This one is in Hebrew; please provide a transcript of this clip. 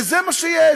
וזה מה שיש,